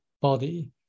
body